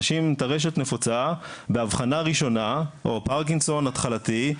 אנשים עם טרשת נפוצה באבחנה ראשונה או פרקינסון התחלתי,